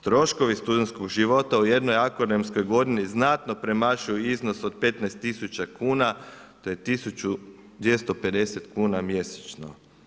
Troškovi studentskog života u jednoj akademskoj godini znatno premašuje iznos od 15.000 kuna, to je 1.250 kuna mjesečno.